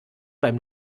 beim